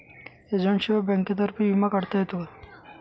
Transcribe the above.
एजंटशिवाय बँकेतर्फे विमा काढता येतो का?